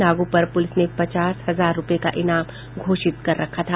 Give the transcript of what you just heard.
नागो पर पुलिस ने पचास हजार रूपये का इनाम घोषित कर रखा था